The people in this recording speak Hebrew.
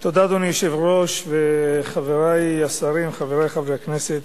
אדוני היושב-ראש, חברי השרים, חברי חברי הכנסת,